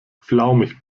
flaumig